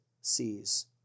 sees